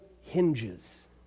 hinges